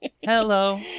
Hello